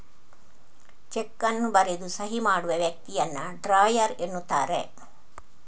check ಅನ್ನು ಬರೆದು ಸಹಿ ಮಾಡುವ ವ್ಯಕ್ತಿಯನ್ನ ಡ್ರಾಯರ್ ಎನ್ನುತ್ತಾರೆ